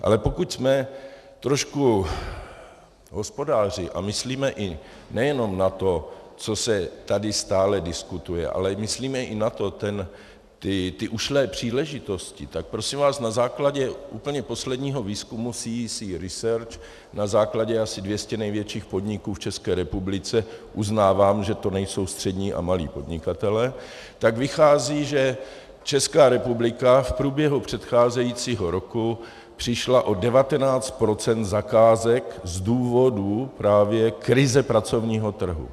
Ale pokud jsme trošku hospodáři a myslíme i nejenom na to, co se tady stále diskutuje, ale myslíme i na to, ty ušlé příležitosti, tak prosím vás na základě úplně posledního výzkumu CEEC Research, na základě asi 200 největších podniků v České republice, uznávám, že to nejsou střední a malí podnikatelé, tak vychází, že Česká republika v průběhu předcházejícího roku přišla o 19 % zakázek z důvodu právě krize pracovního trhu.